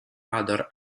other